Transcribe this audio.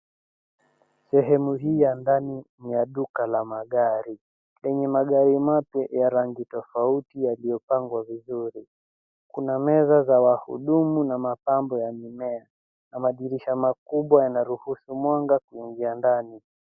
Sehemu hii ya ndani ni ya duka la magari yenye magari mapya ya rangi tofauti yaliyopangwa vizuri. Kuna meza za wahudumu na mapambo ya mimea. Madirisha makubwa yanaruhusu mwanga kuingia ndani.